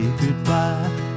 goodbye